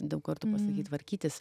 daug kartų pasakyt tvarkytis